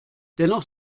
dennoch